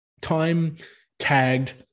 time-tagged